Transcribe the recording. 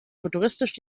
futuristisch